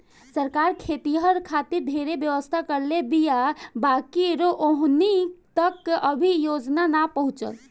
सरकार खेतिहर खातिर ढेरे व्यवस्था करले बीया बाकिर ओहनि तक अभी योजना ना पहुचल